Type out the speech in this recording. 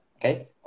Okay